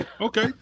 Okay